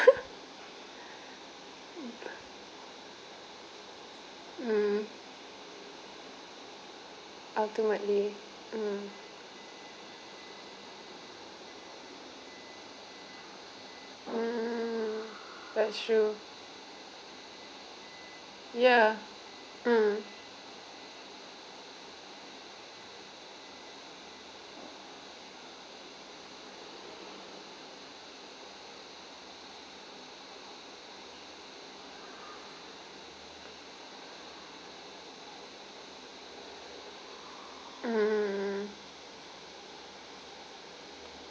mm ultimately mm mm that's true ya mm